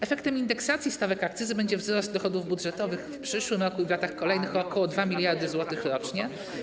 Efektem indeksacji stawek akcyzy będzie wzrost dochodów budżetowych w przyszłym roku i w latach kolejnych o ok. 2 mld zł rocznie.